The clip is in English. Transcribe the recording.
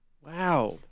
Wow